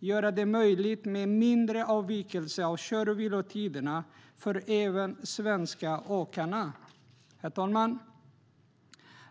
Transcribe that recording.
Det gör det möjligt med mindre avvikelser av kör och vilotider även för de svenska åkarna. Herr talman!